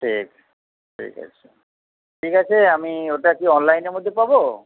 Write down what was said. ঠিক ঠিক আছে ঠিক আছে আমি ওটা কি অনলাইনের মধ্যে পাব